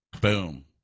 boom